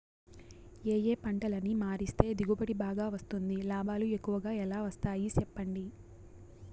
ఏ ఏ పంటలని మారిస్తే దిగుబడి బాగా వస్తుంది, లాభాలు ఎక్కువగా ఎలా వస్తాయి సెప్పండి